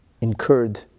incurred